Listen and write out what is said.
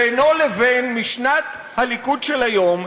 בינו לבין משנת הליכוד של היום,